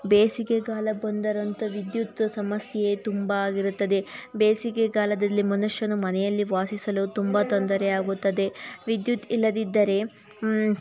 ಬೇಸಿಗೆಗಾಲ ಬಂದರಂತೂ ವಿದ್ಯುತ್ ಸಮಸ್ಯೆ ತುಂಬ ಆಗಿರುತ್ತದೆ ಬೇಸಿಗೆಗಾಲದಲ್ಲಿ ಮನುಷ್ಯನು ಮನೆಯಲ್ಲಿ ವಾಸಿಸಲು ತುಂಬ ತೊಂದರೆಯಾಗುತ್ತದೆ ವಿದ್ಯುತ್ ಇಲ್ಲದಿದ್ದರೆ